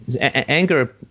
anger